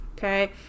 okay